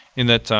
and that